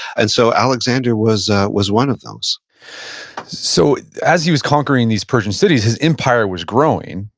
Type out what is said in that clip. and so, alexander was ah was one of those so as he was conquering these persian cities, his empire was growing.